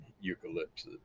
eucalyptus